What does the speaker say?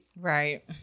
Right